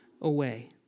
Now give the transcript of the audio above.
away